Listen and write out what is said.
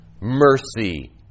Mercy